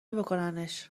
بکننش